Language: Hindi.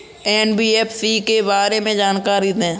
एन.बी.एफ.सी के बारे में जानकारी दें?